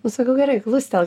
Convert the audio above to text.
nu sakau gerai klustelk